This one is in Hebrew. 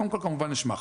קודם כול, כמובן יש מח"ש.